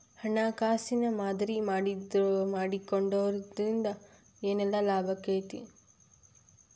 ಹಣ್ಕಾಸಿನ್ ಮಾದರಿ ಮಾಡಿಡೊದ್ರಿಂದಾ ಏನ್ ಲಾಭಾಕ್ಕೇತಿ?